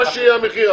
מה שיהיה המחיר,